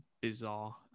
bizarre